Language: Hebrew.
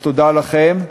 תודה לכם.